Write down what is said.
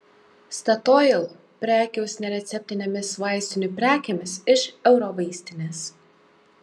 statoil prekiaus nereceptinėmis vaistinių prekėmis iš eurovaistinės